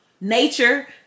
nature